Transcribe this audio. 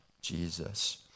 Jesus